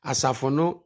Asafono